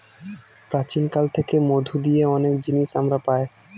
প্রাচীন কাল থেকে মধু দিয়ে অনেক জিনিস আমরা পায়